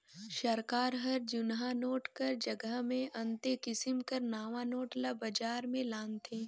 सरकार हर जुनहा नोट कर जगहा मे अन्ते किसिम कर नावा नोट ल बजार में लानथे